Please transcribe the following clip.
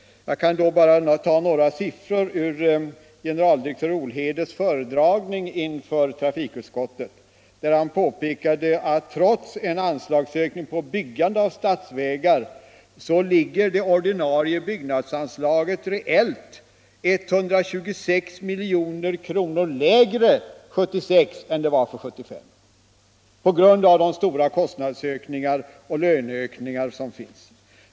Jag kan då bara ta några siffror ur generaldirektör Olhedes föredragning inför trafikutskottet. Han påpekade att trots en anslagsökning till byggande av statsvägar ligger det ordinarie byggnadsanslaget reellt 126 milj.kr. lägre för 1976 än det var för 1975 på grund av de stora kostnadsökningar och löneökningar som förekommer.